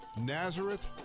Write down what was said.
Nazareth